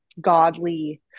godly